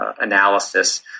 analysis